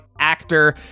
Actor